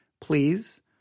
please